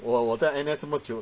我我在 N_S 这么久